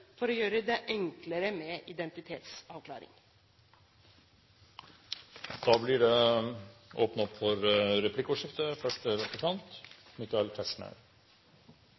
for denne gruppen for å gjøre det enklere med identitetsavklaring. Det blir åpnet opp for replikkordskifte.